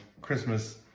Christmas